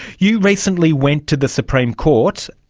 you recently went to the supreme court.